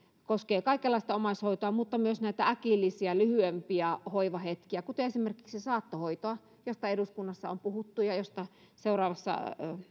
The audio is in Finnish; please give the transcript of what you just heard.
koskee kaikenlaista omaishoitoa mutta myös näitä äkillisiä lyhyempiä hoivahetkiä kuten esimerkiksi saattohoitoa josta eduskunnassa on puhuttu ja josta seuraavassa